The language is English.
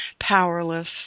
powerless